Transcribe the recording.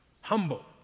Humble